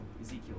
ezekiel